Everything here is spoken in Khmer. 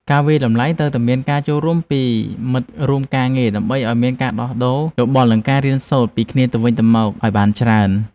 ការវាយតម្លៃត្រូវតែមានការចូលរួមពីមិត្តរួមការងារដើម្បីឱ្យមានការដោះដូរយោបល់និងការរៀនសូត្រពីគ្នាទៅវិញទៅមកឱ្យបានច្រើន។